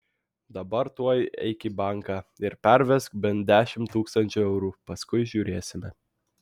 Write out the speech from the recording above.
dabar tuoj eik į banką ir pervesk bent dešimt tūkstančių eurų paskui žiūrėsime